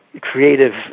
creative